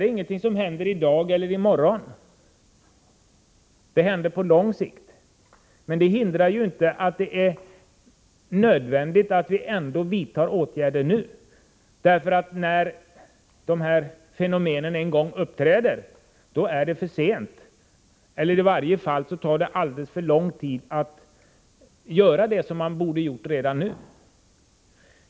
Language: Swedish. Detta händer inte i dag eller i morgon, utan på lång sikt. Men det hindrar inte att det är nödvändigt att vi nu vidtar åtgärder. När fenomenen en gång uppträder är det för sent, eller tar det i varje fall alldeles för lång tid, att göra det som bör göras redan nu.